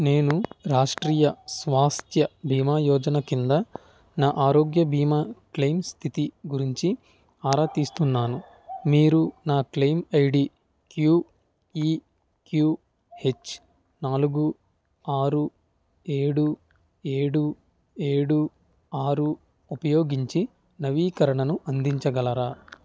నేను రాష్ట్రీయ స్వాస్థ్య బీమా యోజన క్రింద నా ఆరోగ్య బీమా క్లెయిమ్ స్థితి గురించి ఆరా తీస్తున్నాను మీరు నా క్లెయిమ్ ఐడి క్యూఇక్యూహెచ్ నాలుగు ఆరు ఏడు ఏడు ఏడు ఆరు ఉపయోగించి నవీకరణను అందించగలరా